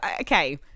okay